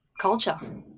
culture